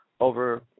over